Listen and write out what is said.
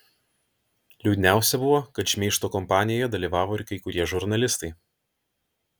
liūdniausia buvo kad šmeižto kampanijoje dalyvavo ir kai kurie žurnalistai